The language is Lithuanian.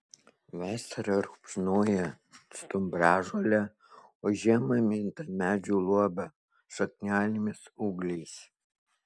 vasarą rupšnoja stumbražolę o žiemą minta medžių luoba šaknelėmis ūgliais